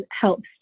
helps